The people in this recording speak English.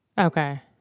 Okay